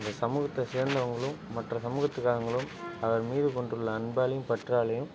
இந்த சமூகத்தை சேர்ந்தவங்களும் மற்ற சமூகத்துக்காரங்களும் அவர் மீது கொண்டுள்ள அன்பாலையும் பற்றாலையும்